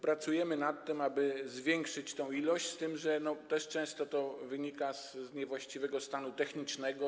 Pracujemy nad tym, aby zwiększyć tę ilość, z tym że też problem często wynika z niewłaściwego stanu technicznego.